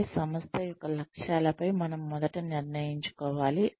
అంటే సంస్థ యొక్క లక్ష్యాలపై మనం మొదట నిర్ణయించుకోవాలి